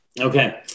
Okay